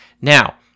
now